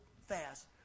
fast